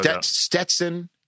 Stetson